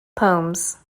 poems